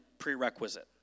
prerequisite